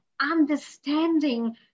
understanding